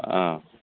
औ